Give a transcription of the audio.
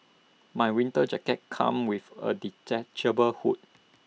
my winter jacket come with A detachable hood